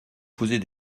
poser